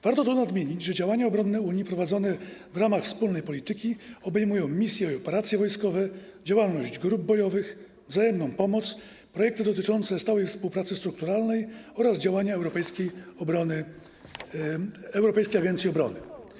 Warto nadmienić, że działania obronne Unii prowadzone w ramach wspólnej polityki obejmują misje i operacje wojskowe, działalność grup bojowych, wzajemną pomoc, projekty dotyczące stałej współpracy strukturalnej oraz działania Europejskiej Agencji Obrony.